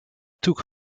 took